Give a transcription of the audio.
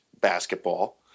basketball